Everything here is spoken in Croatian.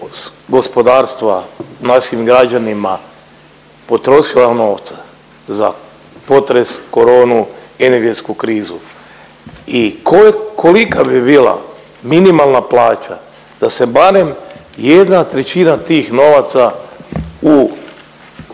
gospodarstva našim građanima potrošila novca za potres, Coronu, energetsku krizu i koje, kolika bi bila minimalna plaća da se barem jedna trećina tih novaca u